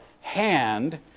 hand